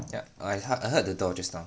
yeah I I heard the door just now